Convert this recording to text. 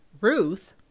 Ruth